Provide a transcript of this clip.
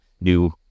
new